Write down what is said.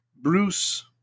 Bruce